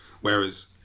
Whereas